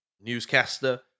newscaster